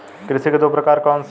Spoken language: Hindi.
कृषि के दो प्रकार कौन से हैं?